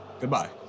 goodbye